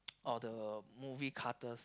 or the movie cutters